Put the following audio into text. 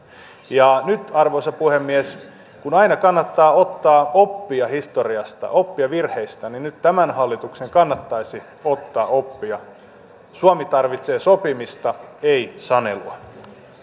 ja nyt arvoisa puhemies kun aina kannattaa ottaa oppia historiasta oppia virheistään tämän hallituksen kannattaisi ottaa oppia suomi tarvitsee sopimista ei sanelua